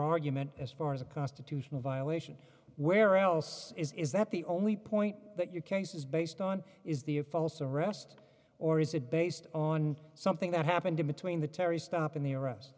argument as far as a constitutional violation where else is is that the only point that your case is based on is the a false arrest or is it based on something that happened between the terry stop and the arrest